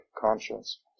conscience